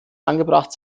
angebracht